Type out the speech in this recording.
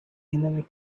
enemy